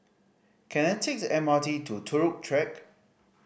can I take the M R T to Turut Track